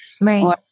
right